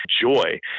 joy